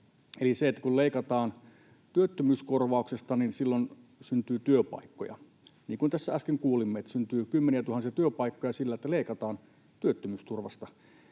että kun leikataan työttömyyskorvauksesta, niin silloin syntyy työpaikkoja. Niin kuin tässä äsken kuulimme, että syntyy kymmeniätuhansia työpaikkoja sillä, että leikataan työttömyysturvasta